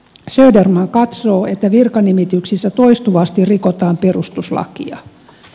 söderman katsoo että virkanimityksissä toistuvasti rikotaan perustuslakia